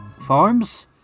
farms